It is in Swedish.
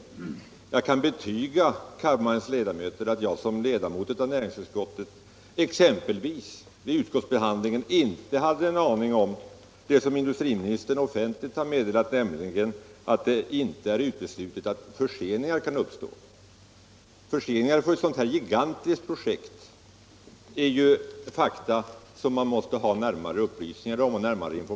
Jag kan betyga riksdagens ledamöter att jag som ledamot av näringsutskottet vid utskottsbehandlingen exempelvis inte hade någon aning om det som industriministern offentligt har meddelat, nämligen att det inte är uteslutet att förseningar kan uppstå. Förseningar av ett sådant här gigantiskt projekt måste man ha närmare upplysningar om.